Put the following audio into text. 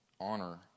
honor